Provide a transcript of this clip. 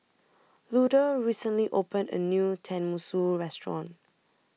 Luther recently opened A New Tenmusu Restaurant